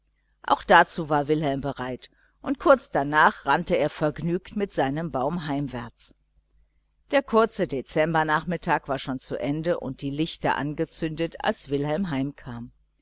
auch dazu war wilhelm bereit und kurz nachher rannte er vergnügt mit seinem baum heimwärts der kurze dezembernachmittag war schon zu ende und die lichter angezündet als wilhelm heim